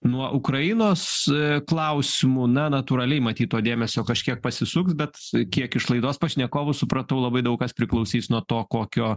nuo ukrainos klausimų na natūraliai matyt to dėmesio kažkiek pasisuks bet kiek iš laidos pašnekovų supratau labai daug kas priklausys nuo to kokio